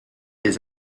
des